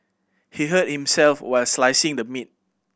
he hurt himself while slicing the meat